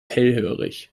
hellhörig